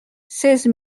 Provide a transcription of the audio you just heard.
seize